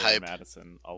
madison